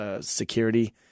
security